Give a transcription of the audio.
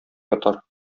атар